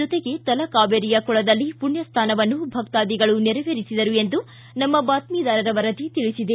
ಜೊತೆಗೆ ತಲಕಾವೇರಿಯ ಕೊಳದಲ್ಲಿ ಪುಣ್ಯ ಸ್ನಾನವನ್ನೂ ಭಕ್ತಾದಿಗಳು ನೆರವೇರಿಸಿದರು ಎಂದು ನಮ್ಮ ಬಾತ್ತಿದಾರರ ವರದಿ ತಿಳಿಸಿದೆ